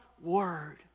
Word